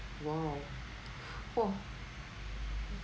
!whoa! !whoa!